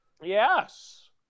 Yes